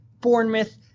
Bournemouth